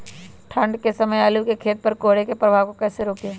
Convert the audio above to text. ठंढ के समय आलू के खेत पर कोहरे के प्रभाव को कैसे रोके?